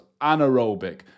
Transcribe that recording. anaerobic